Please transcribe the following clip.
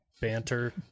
banter